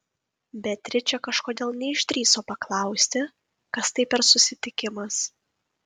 beatričė kažkodėl neišdrįso paklausti kas tai per susitikimas